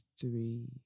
three